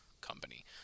company